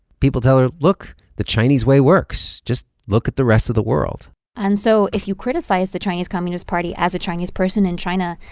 people tell her, look the chinese way works. just look at the rest of the world and so if you criticize the chinese communist party as a chinese person in china,